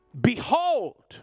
behold